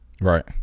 Right